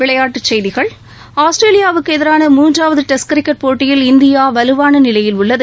விளையாட்டு செய்திகள் ஆஸ்திரேலியாவுக்கு எதிரான மூள்றாவது டெஸ்ட் கிரிக்கெட் போட்டியில் இந்தியா வலுவான நிலையில் உள்ளது